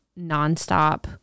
nonstop